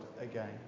again